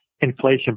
inflation